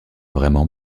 vraiment